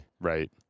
Right